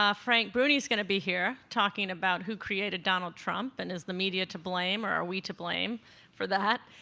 um frank rooney's going to be here, talking about who created donald trump? and is the media to blame, or are we to blame for that?